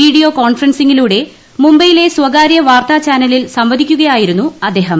video കോൺഫറൻസിംഗിലൂടെ മുംബൈയിലെ സ്ഥകാര്യ വാർത്താ ചാനലിൽ സംവദിക്കുകയായിരുന്നു അദ്ദേഹം